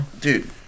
dude